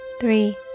three